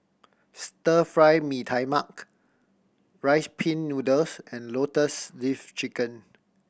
Stir Fry Mee Tai Mak Rice Pin Noodles and Lotus Leaf Chicken